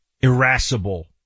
irascible